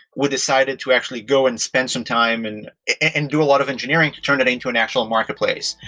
we decided to actually go and spend some time and and do a lot of engineering to turn that into an actual marketplace.